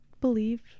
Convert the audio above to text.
believe